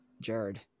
Jared